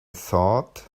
thought